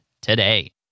today